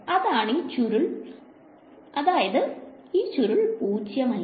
അതായത് ഈ ചുരുളിന്റെ മൂല്യം പൂജ്യം അല്ല